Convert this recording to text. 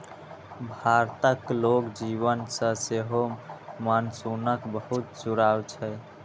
भारतक लोक जीवन सं सेहो मानसूनक बहुत जुड़ाव छै